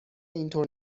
اینطور